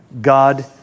God